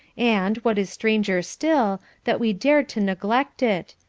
and, what is stranger still, that we dare to neglect it.